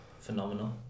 phenomenal